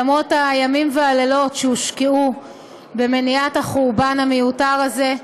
למרות הימים והלילות שהושקעו במניעת החורבן המיותר הזה,